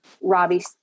Robbie